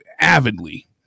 avidly